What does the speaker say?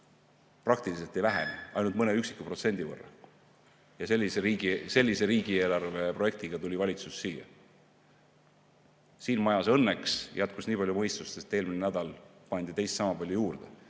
praktiliselt ei vähenegi, ainult mõne üksiku protsendi võrra. Sellise riigieelarve projektiga tuli valitsus siia. Siin majas õnneks jätkus nii palju mõistust, et eelmisel nädalal pandi teist sama palju juurde,